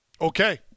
Okay